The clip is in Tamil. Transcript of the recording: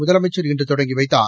முதலமைச்சர் இன்று தொடங்கி வைத்தார்